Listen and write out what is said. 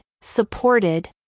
supported